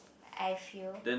I feel